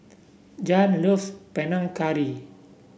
Jann loves Panang Curry